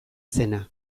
zena